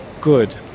good